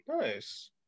Nice